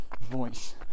voice